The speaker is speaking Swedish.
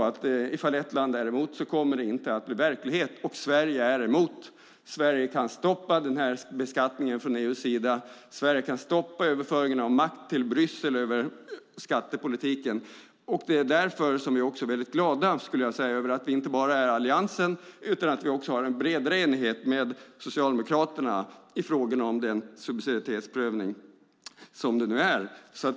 Ifall ett land är emot kommer det inte att bli verklighet. Sverige är emot förslaget. Sverige kan stoppa beskattningen från EU:s sida och överföringen av makt över skattepolitiken till Bryssel. Det är därför som vi är väldigt glada över att vi inte bara är eniga i Alliansen utan att vi också har en bred enighet med Socialdemokraterna i fråga om den subsidiaritetsprövning som nu sker. Fru talman!